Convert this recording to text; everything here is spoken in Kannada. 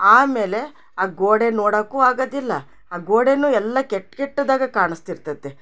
ಆಮೇಲೆ ಆ ಗೋಡೆ ನೋಡಕ್ಕೂ ಆಗೋದಿಲ್ಲ ಆ ಗೋಡೆನು ಎಲ್ಲ ಕೆಟ್ಟ್ ಕೆಟ್ಟದಾಗೆ ಕಾಣಿಸ್ತಿರ್ತತೆ